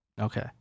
Okay